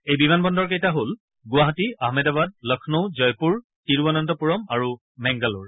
এই বিমানবন্দৰকেইটা হল গুৱাহাটী আহমেদাবাদ লক্ষ্ণৌ জয়পুৰ তিৰুৱনন্তপুৰম আৰু মেংগালোৰ